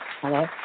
Hello